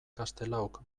castelaok